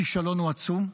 הכישלון הוא עצום,